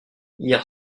hier